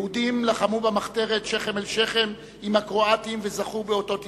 יהודים לחמו במחתרת שכם אל שכם עם הקרואטים וזכו באותות הצטיינות.